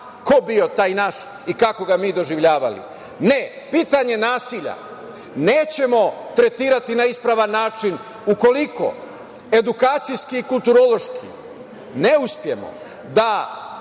ko bio taj naš i kako ga mi doživljavali. Ne, pitanje nasilja nećemo tretirati na ispravan način ukoliko edukacijski i kulturološki ne uspemo da